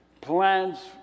plans